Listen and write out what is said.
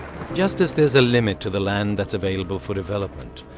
just as there's a limit to the land that's available for development,